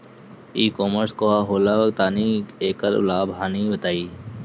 ई कॉमर्स का होला तनि एकर लाभ हानि बताई?